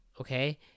okay